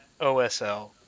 osl